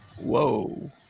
whoa